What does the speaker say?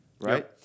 right